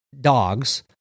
dogs